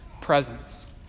presence